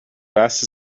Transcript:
fast